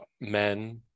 men